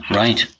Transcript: right